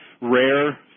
rare